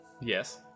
Yes